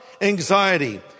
anxiety